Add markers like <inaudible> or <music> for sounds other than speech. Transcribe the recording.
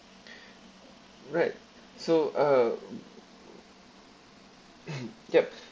<breath> right so uh <coughs> yup